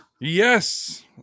Yes